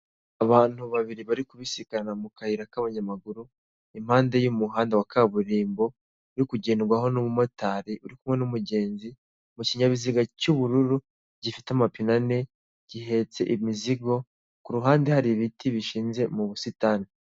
Abantu babiri bari ku bisikana mu kayira k'abanyamaguru impande y'umuhanda wa kaburimbo uri kugendwaho n'umumotari uri kumwe umugenzi mu kinyabiziga cy'ubururu gifite amapine ane gihetse imizigo kuruhande hari ibiti bishinze mu busitani.